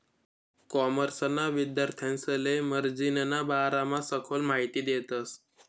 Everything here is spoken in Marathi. कॉमर्सना विद्यार्थांसले मार्जिनना बारामा सखोल माहिती देतस